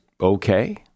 okay